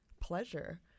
pleasure